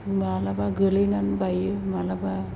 माब्लाबा गोलैनानै बायो माब्लाबा